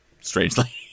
strangely